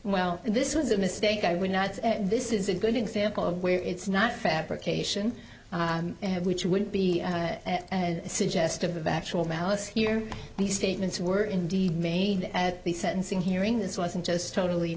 well this was a mistake i would not say this is a good example of where it's not fabrication which would be suggestive of actual malice here these statements were indeed made at the sentencing hearing this wasn't just totally